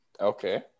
Okay